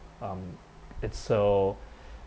um it's so